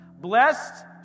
Blessed